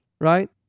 Right